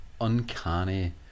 uncanny